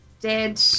dead